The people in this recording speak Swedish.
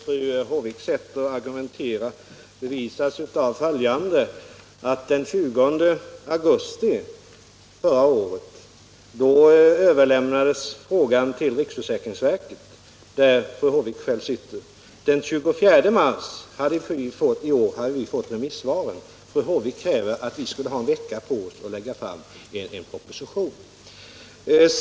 Herr talman! Fru Håviks sätt att argumentera framgår av följande Den 20 augusti förra året överlämnades frågan till riksförsäkringsverket, där fru Håvik själv sitter i styrelsen. Den 24 mars i år hade vi fått in remissvaren. Fru Håvik kräver att vi skulle på en vecka lägga fram en proposition.